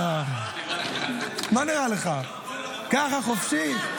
מה נראה לך, ככה חופשי?